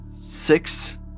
six